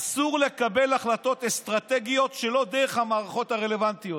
"אסור לקבל החלטות אסטרטגיות שלא דרך המערכות הרלוונטיות".